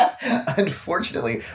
Unfortunately